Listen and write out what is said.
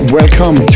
welcome